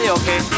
okay